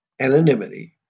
anonymity